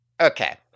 okay